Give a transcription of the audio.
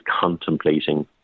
contemplating